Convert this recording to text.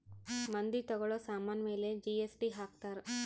ಮಂದಿ ತಗೋಳೋ ಸಾಮನ್ ಮೇಲೆ ಜಿ.ಎಸ್.ಟಿ ಹಾಕ್ತಾರ್